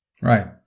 Right